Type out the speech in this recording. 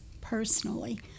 personally